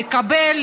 לקבל,